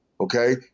Okay